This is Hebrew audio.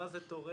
מה זה תורם?